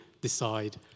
decide